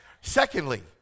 Secondly